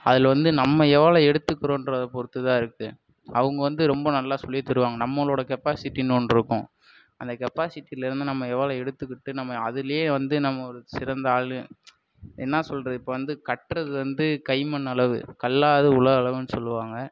அதில் வந்து நம்ம எவ்வளோ எடுத்துக்கறோன்றதை பொறுத்து தான் இருக்குது அவங்க வந்து ரொம்ப நல்லா சொல்லித் தருவாங்க நம்மளோடய கெப்பாசிட்டினு ஒன்றிருக்கும் அந்த கெப்பாசிட்டியில் இருந்து நம்ம எவ்வளோ எடுத்துக்கிட்டு நம்ம அதுலேயே வந்து நம்ம ஒரு சிறந்த ஆளு என்ன சொல்கிறது இப்போ வந்து கற்றது வந்து கை மண் அளவு கல்லாதது உலக அளவுன்னு சொல்லுவாங்க